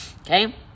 okay